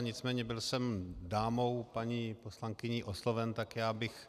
Nicméně byl jsem dámou, paní poslankyní, osloven, tak já bych...